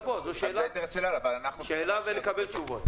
אבל זו שאלה ונקבל תשובות.